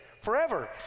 forever